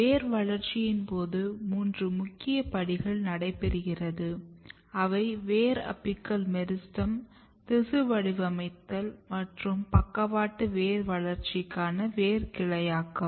வேர் வளர்ச்சியின் போது மூன்று முக்கிய படிகள் நடைபெறுகிறது அவை வேர் அபிக்கல் மெரிஸ்டெம் திசு வடிவமைத்தல் மற்றும் பக்கவாட்டு வேர் வளர்ச்சிக்கான வேர் கிளையாகம்